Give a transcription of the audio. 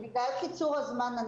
בגלל קיצור הזמן,